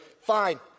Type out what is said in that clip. fine